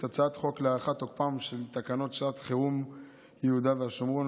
הצעת חוק להארכת תוקפן של תקנות שעת חירום (יהודה והשומרון,